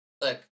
Look